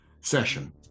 Session